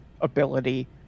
ability